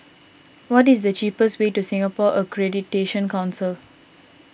what is the cheapest way to Singapore Accreditation Council